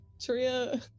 Tria